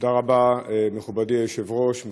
תודה רבה, מכובדי היושב-ראש.